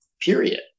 period